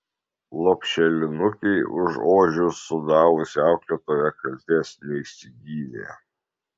lopšelinukei už ožius sudavusi auklėtoja kaltės neišsigynė